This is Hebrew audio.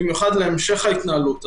במיוחד להמשך ההתנהלות.